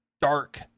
dark